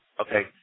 Okay